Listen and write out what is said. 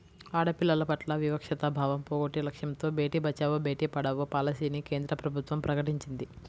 ఆడపిల్లల పట్ల వివక్షతా భావం పోగొట్టే లక్ష్యంతో బేటీ బచావో, బేటీ పడావో పాలసీని కేంద్ర ప్రభుత్వం ప్రకటించింది